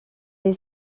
est